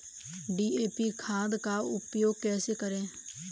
DAP खाद का उपयोग कैसे करें?